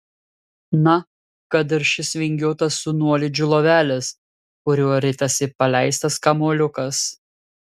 na kad ir šis vingiuotas su nuolydžiu lovelis kuriuo ritasi paleistas kamuoliukas